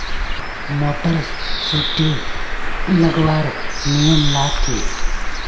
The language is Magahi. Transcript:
मोटर सुटी लगवार नियम ला की?